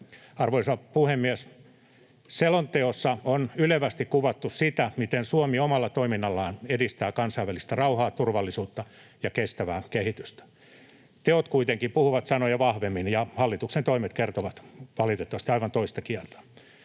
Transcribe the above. Arvoisa puhemies! Selonteossa on ylevästi kuvattu sitä, miten Suomi omalla toiminnallaan edistää kansainvälistä rauhaa, turvallisuutta ja kestävää kehitystä. Teot kuitenkin puhuvat sanoja vahvemmin, ja hallituksen toimet kertovat valitettavasti aivan toista kieltä.